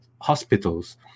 hospitals